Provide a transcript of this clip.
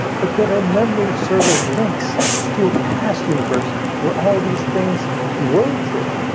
but that our memories serve as links to a past universe where all these things were true.